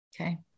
Okay